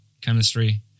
chemistry